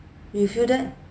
you feel that